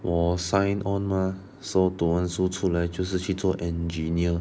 我 sign on mah so 读完书出来就是去做 engineer